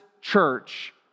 Church